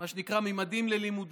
מה שנקרא "חוק ממדים ללימודים",